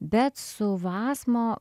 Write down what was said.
bet su vasmo